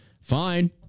Fine